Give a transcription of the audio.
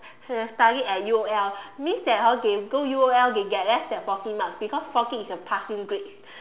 cannot study at U_O_L means hor that they go U_O_L they get less than forty marks because forty is the passing grade